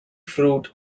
fruit